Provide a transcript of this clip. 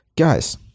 Guys